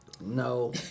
No